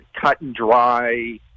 cut-and-dry